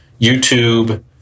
YouTube